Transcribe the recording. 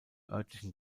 örtlichen